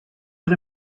but